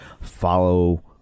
follow